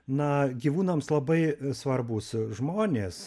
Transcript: na gyvūnams labai svarbūs žmonės